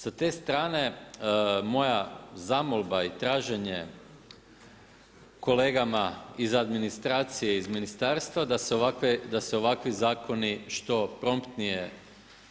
Sa te strane moja zamolba i traženje kolegama iz administracije, iz ministarstva da se ovakvi zakoni što promptnije